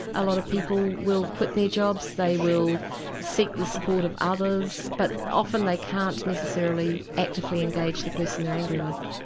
a lot of people will quit their jobs, they will seek the support of others but often they can't necessarily actively engage the person they're angry with.